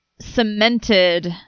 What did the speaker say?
cemented